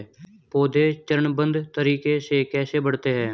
पौधे चरणबद्ध तरीके से कैसे बढ़ते हैं?